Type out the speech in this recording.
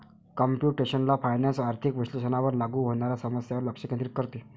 computational finance आर्थिक विश्लेषणावर लागू होणाऱ्या समस्यांवर लक्ष केंद्रित करते